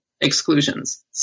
exclusions